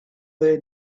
they